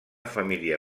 família